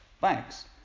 Thanks